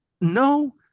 no